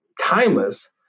timeless